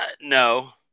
No